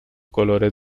colores